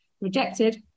rejected